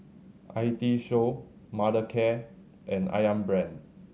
I T Show Mothercare and Ayam Brand